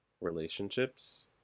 relationships